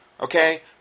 Okay